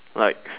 like